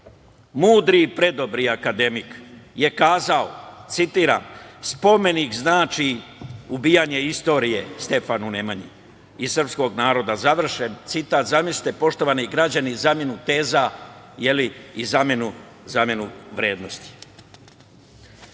Mudri, predobri akademik je kazao, citiram – spomenik znači ubijanje istorije Stefanu Nemanji i srpskog naroda, završen citat. Zamislite poštovani građani zamenu teza i zamenu vrednosti. Da